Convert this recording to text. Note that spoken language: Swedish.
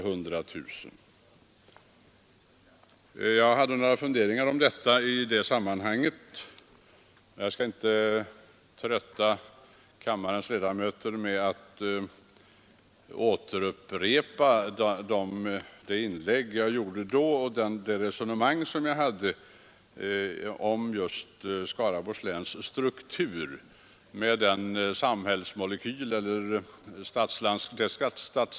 Jag gjorde som sagt några funderingar om detta i debatten den 2 februari, och jag skall inte trötta kammarens ledamöter med att upprepa mitt resonemang om just Skaraborgs läns struktur utan hänvisar till anförandet den 2 februari 1973.